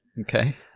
Okay